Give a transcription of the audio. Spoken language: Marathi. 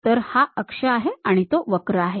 तर हा अक्ष आहे आणि तो वक्र आहे